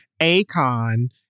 Akon